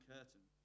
Curtain